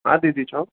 हा दीदी चओ